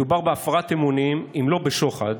מדובר בהפרת אמונים אם לא בשוחד